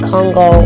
Congo